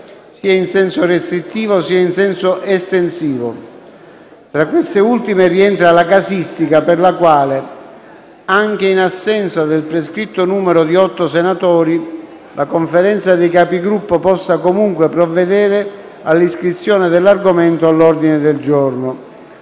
sia in senso restrittivo, sia in senso estensivo. Tra queste ultime rientra la casistica per la quale, anche in assenza del prescritto numero di otto senatori, la Conferenza dei Capigruppo possa comunque provvedere all'iscrizione dell'argomento all'ordine del giorno.